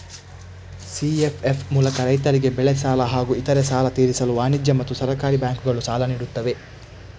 CFF ಮೂಲಕ ರೈತರಿಗೆ ಬೆಳೆ ಸಾಲ ಹಾಗೂ ಇತರೆ ಸಾಲ ತೀರಿಸಲು ವಾಣಿಜ್ಯ ಮತ್ತು ಸಹಕಾರಿ ಬ್ಯಾಂಕುಗಳು ಸಾಲ ನೀಡುತ್ತವೆ